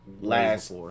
last